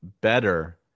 better